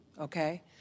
Okay